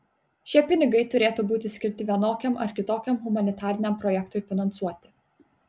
šie pinigai turėtų būti skirti vienokiam ar kitokiam humanitariniam projektui finansuoti